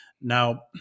now